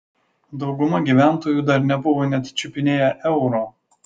dauguma gyventojų dar nebuvo net čiupinėję euro